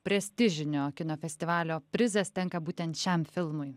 prestižinio kino festivalio prizas tenka būtent šiam filmui